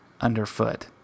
underfoot